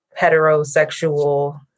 heterosexual